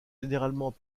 généralement